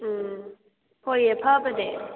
ꯎꯝ ꯍꯣꯏꯑꯦ ꯐꯕꯅꯦ